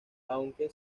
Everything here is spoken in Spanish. aunque